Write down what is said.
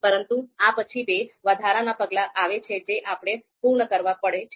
પરંતુ આ પછીબે વધારાના પગલાં આવે છે જે આપણે પૂર્ણ કરવા પડે છે